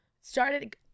started